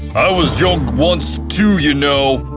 i was young once too, you know.